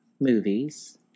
movies